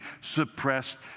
suppressed